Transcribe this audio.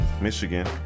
Michigan